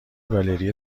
گالری